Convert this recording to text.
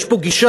יש פה גישה,